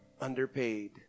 underpaid